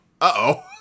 uh-oh